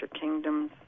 kingdoms